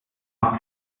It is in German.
auch